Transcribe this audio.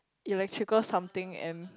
electrical something and